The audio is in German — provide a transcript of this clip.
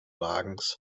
wagens